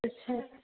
अच्छा